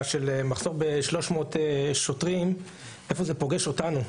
של מחסור ב-300 שוטרים ואיפה זה פוגש אותנו.